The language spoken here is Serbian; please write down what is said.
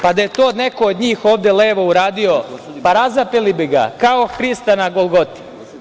Pa, da je to neko od njih ovde levo uradio, pa razapeli bi ga kao Hrista na Golgoti.